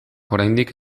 oraindik